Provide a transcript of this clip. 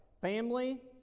Family